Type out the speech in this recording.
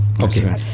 Okay